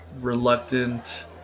reluctant